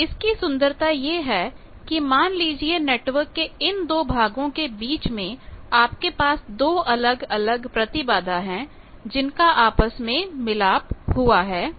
तो इसकी सुंदरता यह है कि मान लीजिए नेटवर्क के इन दो भागो के बीच में आपके पास दो अलग अलग प्रतिबाधा है जिनका आपस में मिला हुआ है